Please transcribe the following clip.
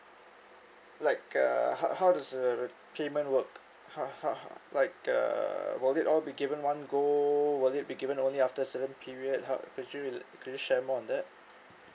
like uh how how does uh re~ payment work how how how like uh will it all be given one go will it be given only after certain period how could you re~ could you share more on that